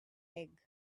egg